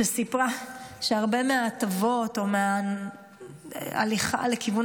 שסיפרה שהרבה מההטבות או מההליכה לכיוון